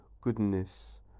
goodness